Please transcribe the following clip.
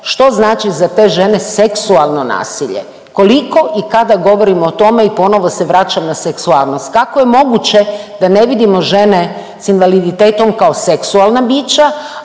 što znači za te žene seksualno nasilje. Koliko i kada govorimo o tome i ponovno se vraćam na seksualnost. Kako je moguće da ne vidimo žene s invaliditetom kao seksualna bića